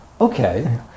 Okay